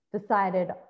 decided